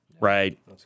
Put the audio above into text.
right